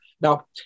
Now